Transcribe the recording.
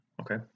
Okay